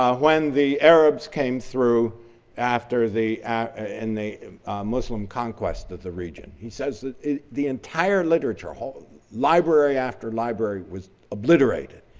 ah when the arabs came through after the in and the muslim conquest of the region, he says that the entire literature, whole library after library was obliterated.